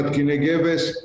מתקיני גבס,